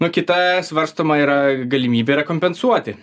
nu kita svarstoma yra galimybė yra kompensuoti